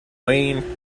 wayne